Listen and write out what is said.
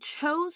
chose